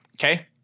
Okay